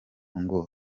ngo